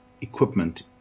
equipment